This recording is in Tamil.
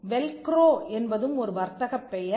வெல்க்ரோ என்பதும் ஒரு வர்த்தகப் பெயர்